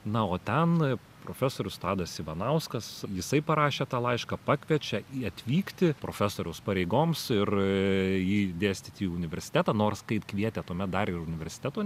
na o ten profesorius tadas ivanauskas jisai parašė tą laišką pakviečia jį atvykti profesoriaus pareigoms ir jį dėstyti į universitetą nors kaip kvietė tuomet dar ir universiteto